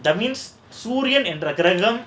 that means சூரியன் என்ற கிரகம்:sooryan endra kragam